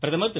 பிரதமர் திரு